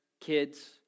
kids